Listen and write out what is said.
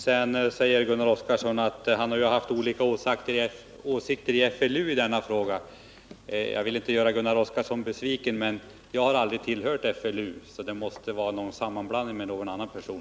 Så säger Gunnar Oskarson att han och jag haft olika åsikter i FLU i denna fråga. Jag vill inte göra honom besviken, men jag har aldrig tillhört FLU, så det måste vara en sammanblandning med någon annan person.